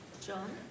John